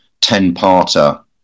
ten-parter